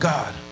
God